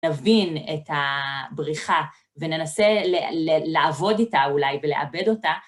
נבין את הבריחה וננסה לעבוד איתה אולי ולעבד אותה.